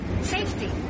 Safety